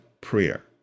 Prayer